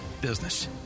business